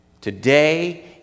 today